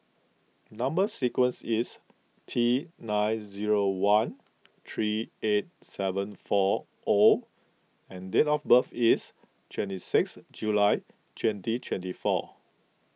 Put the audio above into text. Number Sequence is T nine zero one three eight seven four O and date of birth is twenty six July twenty twenty four